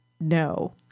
No